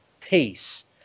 peace